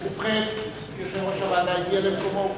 יושב-ראש הוועדה הגיע למקומו.